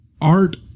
art